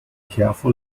careful